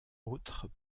autres